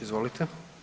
Izvolite.